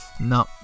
No